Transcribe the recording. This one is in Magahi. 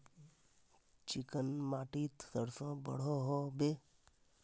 चिकन माटित सरसों बढ़ो होबे?